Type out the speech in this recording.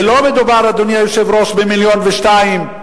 ולא מדובר, אדוני היושב-ראש, במיליון ושניים,